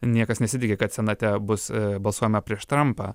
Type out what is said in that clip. niekas nesitiki kad senate bus balsuojama prieš trampą